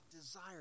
desire